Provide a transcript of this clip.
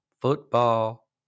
Football